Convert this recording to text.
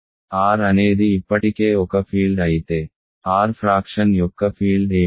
R అనేది ఇప్పటికే ఒక ఫీల్డ్ అయితే R ఫ్రాక్షన్ యొక్క ఫీల్డ్ ఏమిటి